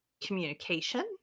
communication